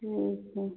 ठीक है